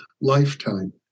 lifetime